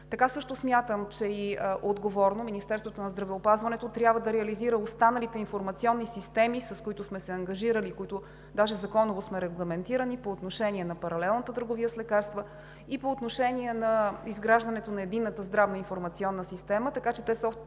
така смятам, че Министерството на здравеопазването трябва отговорно да реализира останалите информационни системи, с които сме се ангажирали, даже законово сме регламентирали, по отношение на паралелната търговия с лекарства и по отношение на изграждането на единната здравна информационна система, така че тези